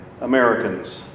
Americans